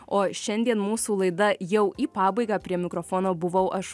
o šiandien mūsų laida jau į pabaigą prie mikrofono buvau aš